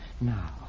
now